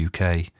UK